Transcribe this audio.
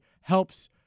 helps